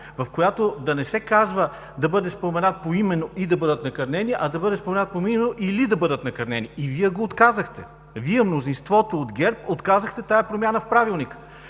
в която да не се казва „да бъде споменат поименно и да бъдат накърнени“, а да бъде „споменат поименно или да бъдат накърнени“. И Вие го отказахте? Вие, мнозинството от ГЕРБ, отказахте тази промяна в Правилника.